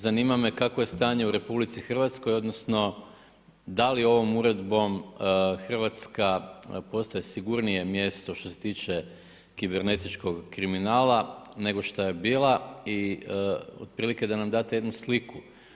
Zanima me kakvo je stanje u RH, odnosno da li ovom Uredbom RH postaje sigurnije mjesto što se tiče kibernetičkog kriminala nego što je bila i otprilike da nam date jednu sliku.